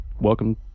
Welcome